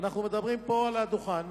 אנחנו מדברים פה על הדוכן,